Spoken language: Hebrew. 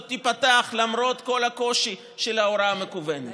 להיפתח למרות כל הקושי של ההוראה המקוונת.